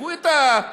תראו את העוול.